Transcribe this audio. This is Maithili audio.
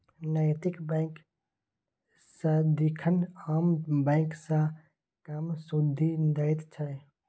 नैतिक बैंक सदिखन आम बैंक सँ कम सुदि दैत छै